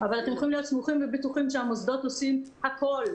אבל אתם יכולים להיות סמוכים ובטוחים שהמוסדות עושים הכול,